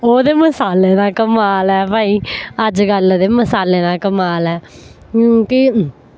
ओह् ते मसालें दा कमाल ऐ भाई अजकल्ल दे मसालें दा कमाल ऐ कि